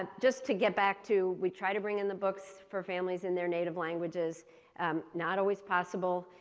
ah just to get back to we try to bring in the books for families and their native languages not always possible.